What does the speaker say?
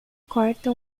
corta